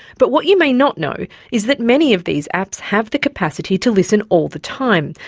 but what you may not know is that many of these apps have the capacity to listen all the time,